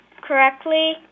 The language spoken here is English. correctly